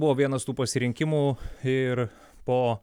buvo vienas tų pasirinkimų ir po